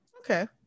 okay